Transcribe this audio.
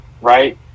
right